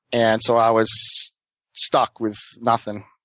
and so i was stuck with nothing.